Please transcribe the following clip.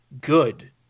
good